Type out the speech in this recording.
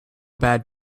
bad